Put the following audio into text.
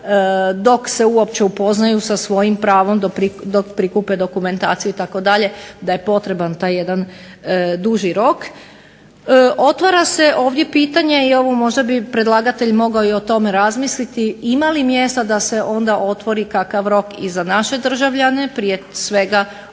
dok se uopće upoznaju sa svojim pravom dok prikupe dokumentaciju itd., da je potreban taj duži rok. Otvara se ovdje pitanje i možda bi predlagatelj mogao o tome razmisliti ima li mjesta da se otvori kakav rok i za naše državljane prije svega one